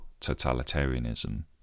totalitarianism